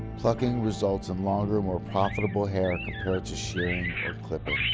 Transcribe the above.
plucking results in longer, more profitable hair compared to shearing or clipping.